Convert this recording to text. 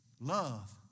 Love